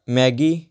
maggie